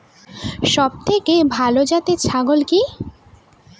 সবথেকে ভালো জাতের ছাগল কি?